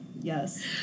Yes